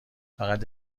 فقط